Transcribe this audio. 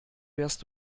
wärst